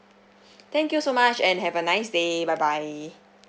thank you so much and have a nice day bye bye